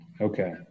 Okay